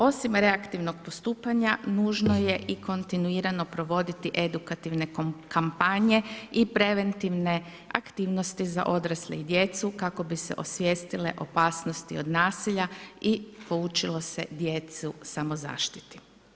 Osim reaktivnog postupanja nužno je i kontinuirano provoditi edukativne kampanje i preventivne aktivnosti za odrasle i djecu kako bi se osvijestile opasnosti od nasilja i poučilo se djecu samo zaštiti.